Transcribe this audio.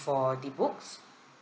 for the books